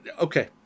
okay